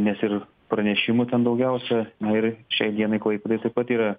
nes ir pranešimų ten daugiausia na ir šia dienai klaipėdai taip pat yra